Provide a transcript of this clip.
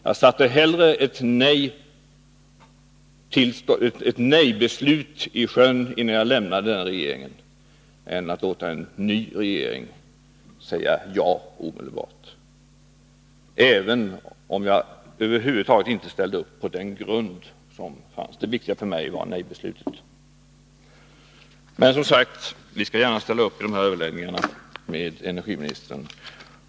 Jag satte hellre ett nej-beslut i sjön innan jag lämnade den regeringen än lät en ny regering omedelbart säga ja, även om jag över huvud taget inte ställde upp på den grund som återgavs i beslutet. Det viktiga för mig var regeringsbeslutets avslag på tillståndsansökan enligt villkorslagen. Men, som sagt, vi skall gärna ställa upp i de här överläggningarna med energiministern.